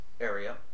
area